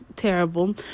terrible